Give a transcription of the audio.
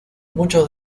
muchos